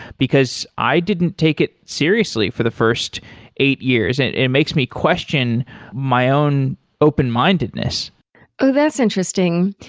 because i didn't take it seriously for the first eight years and it it makes me question my own open-mindedness that's interesting.